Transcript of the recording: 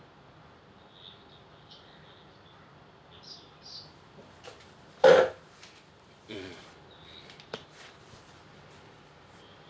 mmhmm